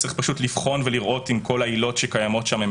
צריך פשוט לבחון ולראות אם כל העילות שקיימות שם הן